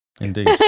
indeed